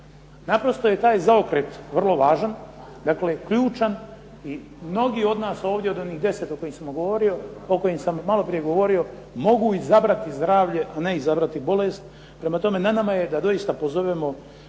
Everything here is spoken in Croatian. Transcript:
Naprosto je taj zaokret vrlo važan, dakle ključan i mnogi od nas ovdje od onih 10 o kojim sam maloprije govorio mogu izabrati zdravlje, a ne izabrati bolest. Prema tome, na nama je da doista pozovemo